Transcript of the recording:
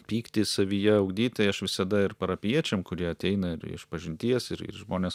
pyktį savyje ugdyt tai aš visada ir parapijiečiam kurie ateina ir išpažinties ir ir žmonės